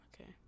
Okay